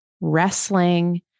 wrestling